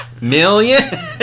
million